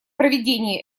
проведении